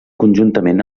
conjuntament